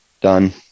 Done